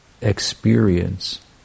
experience